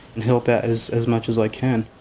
and help out as as much as i can.